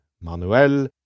Manuel